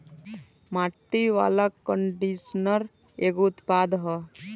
माटी वाला कंडीशनर एगो उत्पाद ह